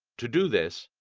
to do this,